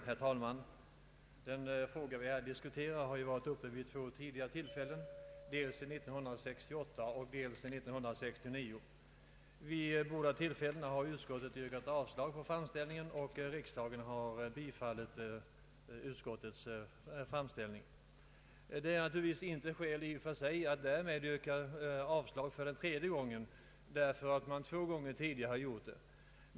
Herr talman! Den fråga vi här diskuterar har varit uppe till behandling vid två tidigare tillfällen, dels 1968 och dels 1969. Vid båda tillfällena har utskottet yrkat avslag på framställningen, och riksdagen har bifallit utskottets hemställan. Det är naturligtvis inte i och för sig anledning att yrka avslag för tredje gången därför att man två gånger tidigare har gjort det.